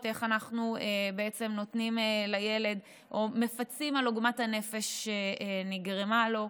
איך אנחנו בעצם נותנים לילד או מפצים אותו על עוגמת הנפש שנגרמה לו.